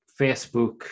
Facebook